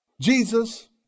Jesus